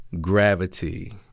gravity